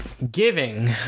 Giving